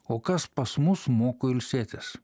o kas pas mus moko ilsėtis